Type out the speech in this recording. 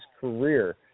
career